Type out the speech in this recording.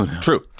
True